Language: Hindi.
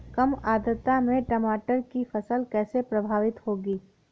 कम आर्द्रता में टमाटर की फसल कैसे प्रभावित होगी?